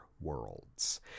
worlds